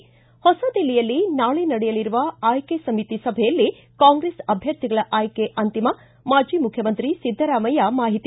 ಿಂ ಹೊಸ ದಿಲ್ಲಿಯಲ್ಲಿ ನಾಳೆ ನಡೆಯಲಿರುವ ಆಯ್ತೆ ಸಮಿತಿ ಸಭೆಯಲ್ಲಿ ಕಾಂಗ್ರೆಸ್ ಅಭ್ದರ್ಥಿಗಳ ಆಯ್ತೆ ಅಂತಿಮ ಮಾಜಿ ಮುಖ್ಯಮಂತ್ರಿ ಸಿದ್ದರಾಮಯ್ಯ ಮಾಹಿತಿ